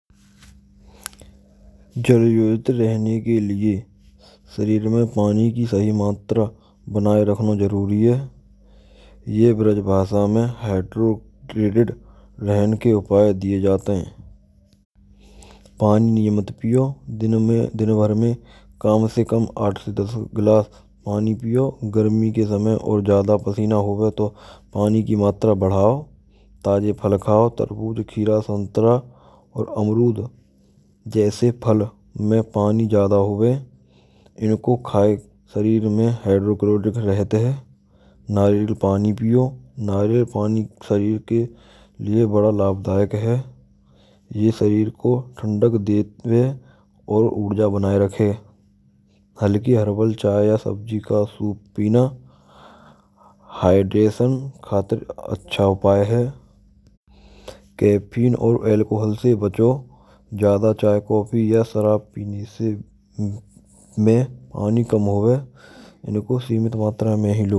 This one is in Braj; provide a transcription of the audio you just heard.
Jal vividh rehne ke lie shareer mein paanee kee sahee maatra banae rakhana jarooree hai. Yah braj bhaasha mein haidrocardit rehne ke upaay die jaate hain. Pani niyamit piyo dinon mein din bhar mein kam se kam aath se das gilaas paanee piyo. Garme ke samay aur jyaada paseena ho gaya to paanee kee maatra badhao. Taajee phal khao tarabooj, khira, santara aur amarud jaisa phal mein paanee jyaada hove. Inako khaaye ke shareer mein hydrochlorik rahate hain. Naariyaal paanee piyo. Naariyal paanee shareer ke lie bada laabhadaayak hai yahh. Yeh shareer ko thandak dete hain. Aur oorja bana kar rakhe hay. Halke herbal chai ya sabji ka soup peena. Hydration khatir acha upay hay. Caffeine aur alcohol se bcho. Jyada chai, pani aur sarab peene se pani km hove.